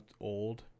old